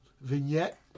vignette